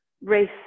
race